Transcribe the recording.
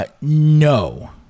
No